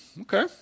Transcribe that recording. okay